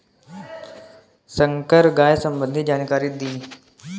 संकर गाय संबंधी जानकारी दी?